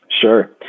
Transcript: Sure